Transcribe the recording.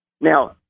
Now